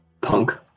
Punk